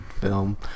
film